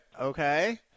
Okay